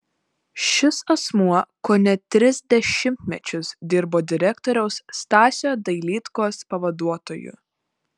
šis asmuo kone tris dešimtmečius dirbo direktoriaus stasio dailydkos pavaduotoju